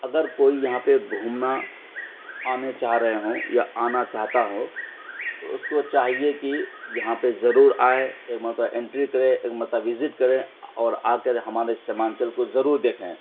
اگر کوئی یہاں پہ گھومنا آنا چاہ رہے ہوں یا آنا چاہتا ہو تو اس کو چاہیے کہ یہاں پہ ضرور آئیں ایک مرتبہ انٹری کرے ایک مرتبہ وزٹ کرے اور آ کر ہمارے سیمانچل کو ضرور دیکھیں